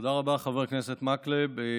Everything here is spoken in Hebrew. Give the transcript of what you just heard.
תודה רבה, חבר הכנסת מקלב.